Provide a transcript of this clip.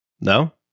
No